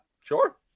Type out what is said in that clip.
sure